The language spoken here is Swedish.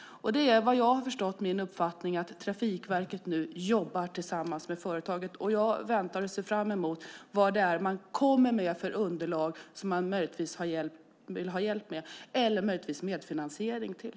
Som jag förstått det jobbar Trafikverket tillsammans med företaget för att komma fram till en lösning. Jag väntar och ser fram emot det underlag man kommer med och som man möjligtvis vill ha hjälp med eller, möjligtvis, medfinansiering till.